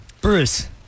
Bruce